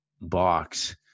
box